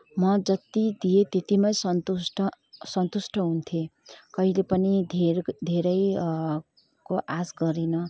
म जत्ति दिए त्यतिमै सन्तुष्ट सन्तुष्ट हुन्थेँ कहिले पनि धेर धेरै को आस गरिनँ